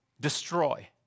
destroy